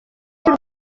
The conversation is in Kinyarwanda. cy’u